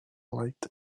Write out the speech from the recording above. light